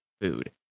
food